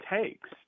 takes